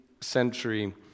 century